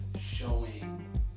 showing